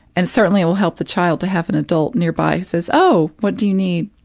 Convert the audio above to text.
and certainly it will help the child to have an adult nearby who says, oh, what do you need?